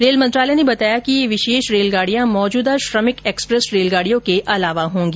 rail मंत्रालय ने बताया कि ये विशेष रेलगाडियां मौजूदा श्रमिक एक्सप्रेस रेलगाडियों के अलावा होंगी